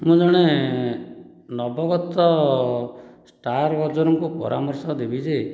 ମୁଁ ଜଣେ ନବଗତ ଷ୍ଟାର ଜଣକୁ ପରାମର୍ଶ ଦେବି ଯେ